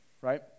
right